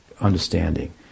understanding